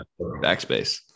Backspace